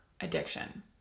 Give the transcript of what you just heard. addiction